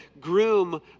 groom